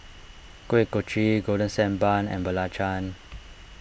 Kuih Kochi Golden Sand Bun and Belacan